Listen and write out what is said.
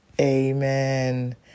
Amen